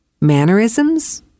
mannerisms